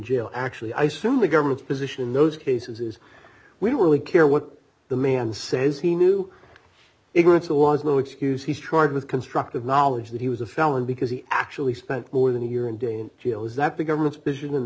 jail actually i sued the government's position in those cases we were we care what the man says he knew ignorance was no excuse he's charged with constructive knowledge that he was a felon because he actually spent more than a year and day in jail is that the government's vision